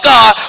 God